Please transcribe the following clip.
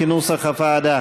כנוסח הוועדה